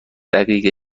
دقیقه